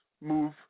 move